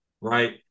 right